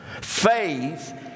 Faith